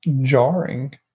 jarring